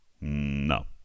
No